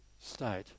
state